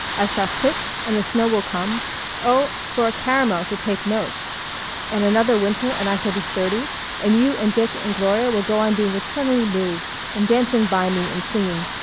i shall sit and the snow will come oh, for a caramel to take notes and another winter and i shall be thirty and you and dick and gloria will go on being eternally moved and dancing by me and singing.